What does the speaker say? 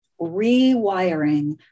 rewiring